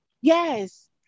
Yes